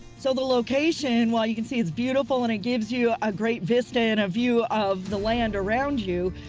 so the location, while you can see it's beautiful and it gives you a great vista and a view of the land around you,